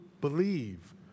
believe